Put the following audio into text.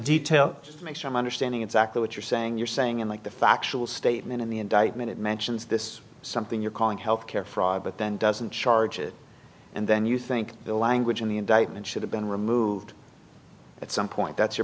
to make sure i'm understanding exactly what you're saying you're saying and like the factual statement in the indictment it mentions this something you're calling health care fraud but then doesn't charge it and then you think the language in the indictment should have been removed at some point that's you